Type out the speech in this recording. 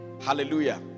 Hallelujah